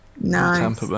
Nice